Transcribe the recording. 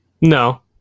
No